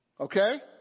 okay